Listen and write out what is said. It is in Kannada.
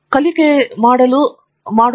professor G